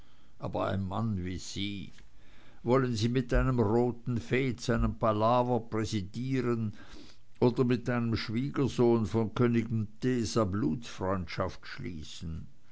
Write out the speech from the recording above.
aber ein mann wie sie wollen sie mit einem roten fes einem palaver präsidieren oder mit einem schwiegersohn von könig mtesa blutfreundschaft schließen